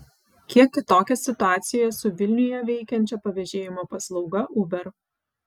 kiek kitokia situacija su vilniuje veikiančia pavežėjimo paslauga uber